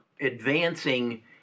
advancing